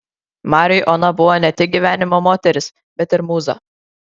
mariui ona buvo ne tik gyvenimo moteris bet ir mūza